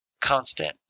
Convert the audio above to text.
constant